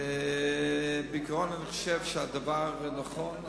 בעיקרון אני חושב שהדבר נכון,